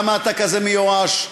למה אתה כזה מיואש?